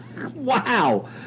Wow